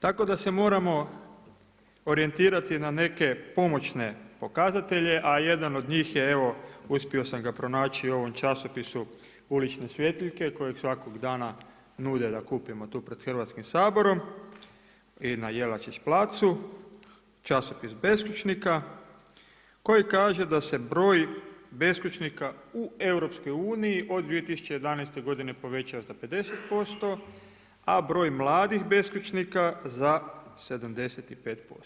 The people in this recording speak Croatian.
Tako da se moramo orijentirati na neke pomoćne pokazatelje, a jedan od njih je evo uspio sam ga pronaći u ovom časopisu Ulične svjetiljke koje svakog dana nude da kupimo tu pred Hrvatskim saborom i na Jelačić placu, časopis beskućnika koji kaže da se broj beskućnika u Europskoj uniji od 2011. godine povećao za 50%, a broj mladih beskućnika za 75%